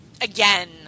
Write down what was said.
again